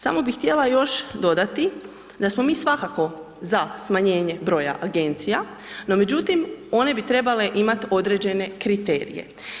Samo bi htjela još dodati, da smo mi svakako za smanjenje broja agencija, no međutim, one bi trebale imati određene kriterije.